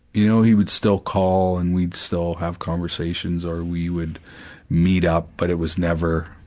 you know, he would still call, and we'd still have conversations or we would meet up, but it was never,